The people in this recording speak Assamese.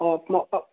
অঁ